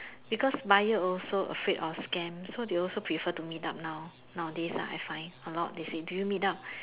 because buyer also afraid of scam so they also prefer to meet up now nowadays ah I find a lot say do you meet up